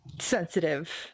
sensitive